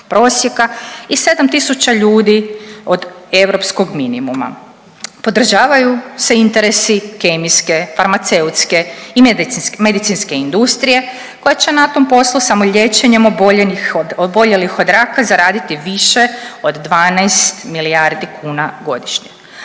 i 7 tisuća ljudi od europskog minimuma. Podržavaju se interesi kemijske farmaceutske i medicinske industrije koje će na tom poslu samo liječenjem oboljelih od raka zaraditi više od 12 milijardi kuna godišnje,